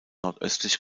nordöstlich